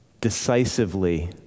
decisively